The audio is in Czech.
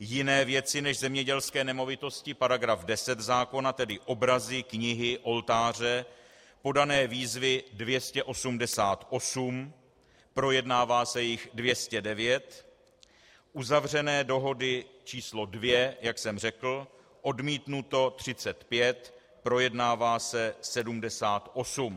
Jiné věci než zemědělské nemovitosti, § 10 zákona, tedy obrazy, knihy, oltáře: podané výzvy 288, projednává se jich 209, uzavřené dohody číslo dvě, jak jsem řekl, odmítnuto 35, projednává se 78.